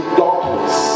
darkness